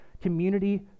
community